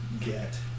get